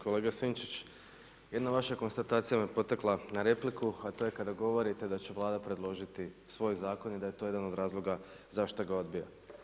Kolega Sinčić, jedna vaša konstatacija me potakla na repliku, a to je kada govorite da će Vlada predložiti svoj Zakon i da je to jedan od razloga zašto ga odbija.